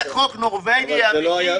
זה חוק נורווגי אמיתי.